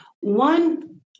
One